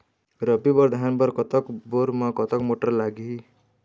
रबी बर धान बर कतक बोर म कतक मोटर लागिही?